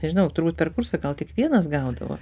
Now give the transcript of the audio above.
nežinau turbūt per kursą gal tik vienas gaudavo